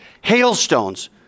hailstones